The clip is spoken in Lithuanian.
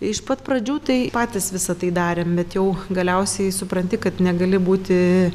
iš pat pradžių tai patys visa tai darėm bet jau galiausiai supranti kad negali būti